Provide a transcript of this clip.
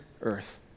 earth